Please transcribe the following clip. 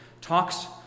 talks